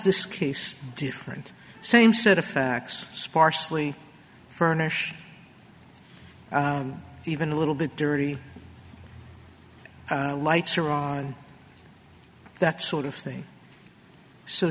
this case different same set of facts sparsely furnished even a little bit dirty the lights are on that sort of thing so